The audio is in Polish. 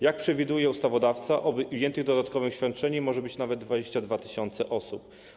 Jak przewiduje ustawodawca, objętych dodatkowym świadczeniem może być nawet 22 tys. osób.